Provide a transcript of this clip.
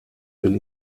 del